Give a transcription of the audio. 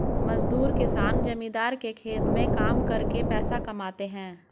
मजदूर किसान जमींदार के खेत में काम करके पैसा कमाते है